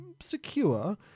secure